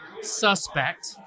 suspect